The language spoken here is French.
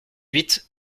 huit